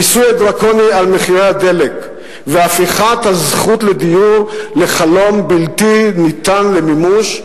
המיסוי הדרקוני על הדלק והפיכת הזכות לדיור לחלום בלתי ניתן למימוש,